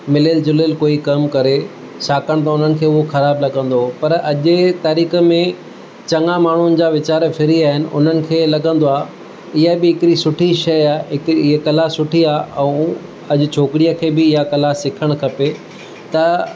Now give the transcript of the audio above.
मिलियलु जुलियलु कोई कमु करे छाकाणि त उहो हुननि खे ख़राबु लॻंदो हो पर अॼु जे तारीख़ में चङा माण्हुनि जा वीचार फिरी विया आहिनि उन्हनि खे लॻंदो आहे हीअ बि हिकिड़ी सुठी शइ आहे हिकिड़ी ई कला सुठी आहे ऐं अॼु छोकिरीअ खे बि इहा कला सिखणु खपे त